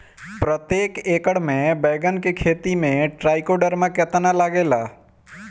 प्रतेक एकर मे बैगन के खेती मे ट्राईकोद्रमा कितना लागेला?